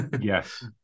Yes